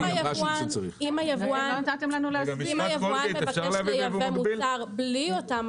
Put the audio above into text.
אם היבואן מבקש לייבא את המוצר בלי אותם